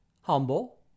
humble